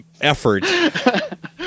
effort